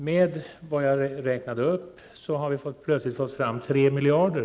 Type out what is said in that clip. Med hjälp av de åtgärder jag räknade upp får vi fram 3 miljarder.